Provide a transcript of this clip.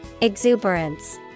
Exuberance